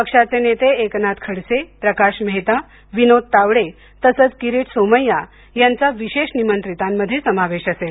पक्षाचेनेते एकनाथ खडसे प्रकाश मेहता विनोद तावडे तसंच किरीट सोमय्या यांचा विशेष निमंत्रितांमधे समावेश असेल